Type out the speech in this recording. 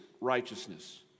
righteousness